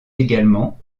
également